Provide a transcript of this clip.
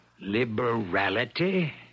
Liberality